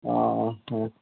ହଁ ହଁ ହଁ